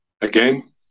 again